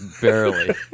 Barely